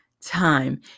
time